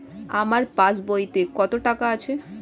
আমার পাস বইতে কত টাকা আছে?